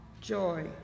joy